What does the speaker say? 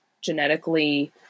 genetically